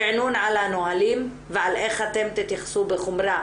ריענון על הנהלים ועל איך אתם תתייחסו בחומרה